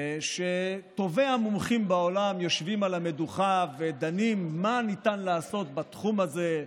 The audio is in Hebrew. וטובי המומחים בעולם יושבים על המדוכה ודנים מה ניתן לעשות בתחום הזה,